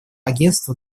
агентство